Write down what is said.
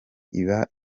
iba